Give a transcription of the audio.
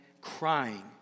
crying